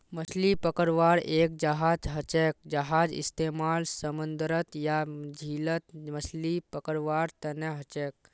मछली पकड़वार एक जहाज हछेक जहार इस्तेमाल समूंदरत या झीलत मछली पकड़वार तने हछेक